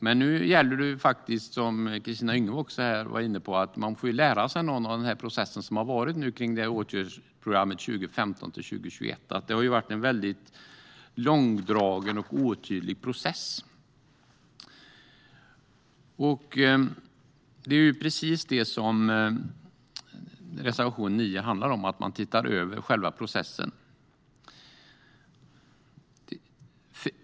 Men nu gäller det faktiskt, som Kristina Yngwe var inne på, att man lär sig av den process som har varit kring åtgärdsprogrammet 2015-2021. Det har varit en väldigt långdragen och otydlig process. Det är precis det som reservation 9 handlar om: att man ska titta över själva processen.